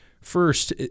First